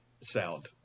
sound